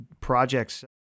projects